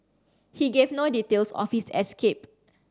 he gave no details of his escape